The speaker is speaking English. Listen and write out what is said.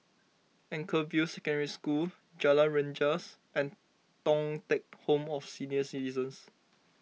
Anchorvale Secondary School Jalan Rengas and Thong Teck Home for Senior Citizens